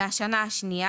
מהשנה השנייה